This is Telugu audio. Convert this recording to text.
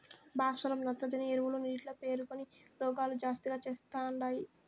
భాస్వరం నత్రజని ఎరువులు నీటిలో పేరుకొని రోగాలు జాస్తిగా తెస్తండాయి